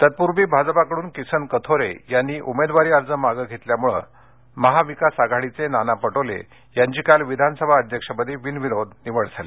तत्पूर्वी भाजपाकडून किसन कथोरे यांनी उमेदवारी अर्ज मागे घेतल्यामुळे महाविकास आघाडीचे नेते नाना पटोले यांची काल विधानसभा अध्यक्षपदी बिनविरोध निवड झाली